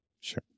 Sure